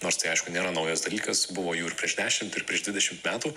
nors tai aišku nėra naujas dalykas buvo jų ir prieš dešimt ir prieš dvidešimt metų